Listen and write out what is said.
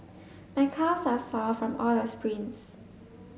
my calves are sore from all the sprints